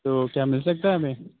تو کیا مِل سکتا ہے ہمیں